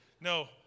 No